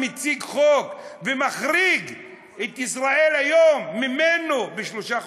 מציג חוק ומחריג את "ישראל היום" ממנו בשלושה חודשים.